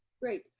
great,